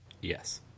Yes